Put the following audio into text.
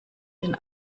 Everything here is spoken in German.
den